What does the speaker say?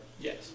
Yes